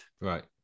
Right